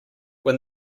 when